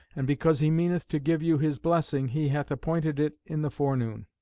and because he meaneth to give you his blessing, he hath appointed it in the forenoon.